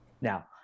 Now